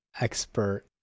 expert